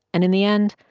and in the end,